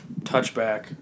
touchback